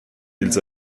ils